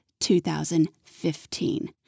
2015